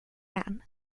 ann